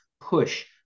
push